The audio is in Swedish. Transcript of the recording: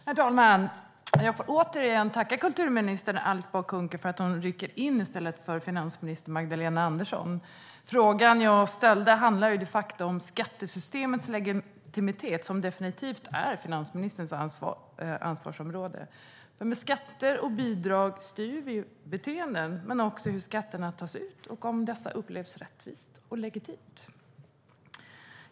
Herr talman! Jag får återigen tacka kulturminister Alice Bah Kuhnke för att hon rycker in i stället för finansminister Magdalena Andersson. Frågan jag ställde handlar de facto om skattesystemets legitimitet, som definitivt är finansministerns ansvarsområde. Med skatter och bidrag styr vi beteenden. Men det gäller också hur skatternas tas ut och om dessa upplevs som rättvisa och legitima.